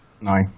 No